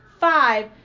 Five